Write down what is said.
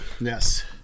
Yes